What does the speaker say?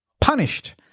punished